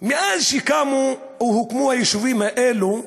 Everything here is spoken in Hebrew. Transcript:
מאז שקמו או הוקמו היישובים האלו,